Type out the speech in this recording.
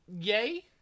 yay